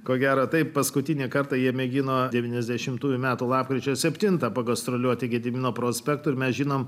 ko gera taip paskutinį kartą jie mėgino devyniasdešimtųjų metų lapkričio septintą gastroliuoti gedimino prospektu ir mes žinome